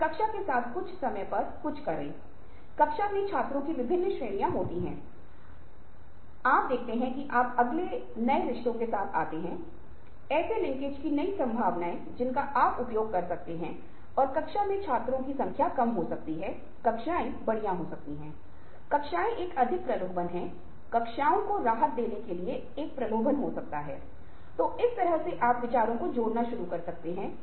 अन्य पक्ष क्यों कह सकते हैं कि इसका कोई मतलब नहीं है यह भी बहुत दिलचस्प है यदि अन्य पार्टी कहती है कि कोई कारण नहीं हो सकता है कि वे क्यों नहीं कह रहे हैं और हमें उस विशेष पहलू पर ध्यान केंद्रित करना चाहिए और कुछ समाधान प्राप्त करने की कोशिश करनी चाहिए और क्या कम लागत विकल्प अन्य पक्ष आपत्तियों को दूर कर सकते हैं